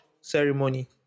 ceremony